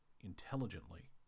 intelligently